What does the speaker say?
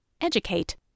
educate